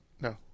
No